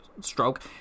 stroke